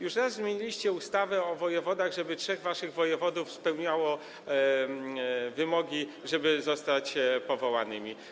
Już zmieniliście ustawę o wojewodach, żeby trzech waszych wojewodów spełniało wymogi, żeby mogli zostać powołani.